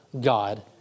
God